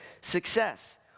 success